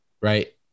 right